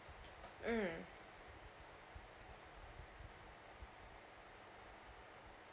mm